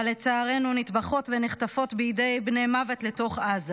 אבל לצערנו נטבחות ונחטפות בידי בני מוות לתוך עזה,